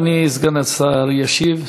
אדוני סגן השר ישיב.